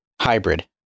hybrid